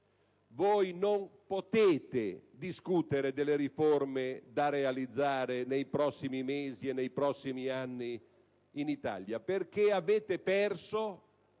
voi non potete discutere delle riforme da realizzare nei prossimi mesi ed anni in Italia perché avete perso